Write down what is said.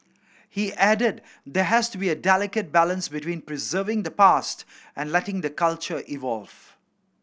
he added there has to be a delicate balance between preserving the past and letting the culture evolve